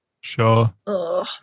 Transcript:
sure